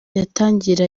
yatangira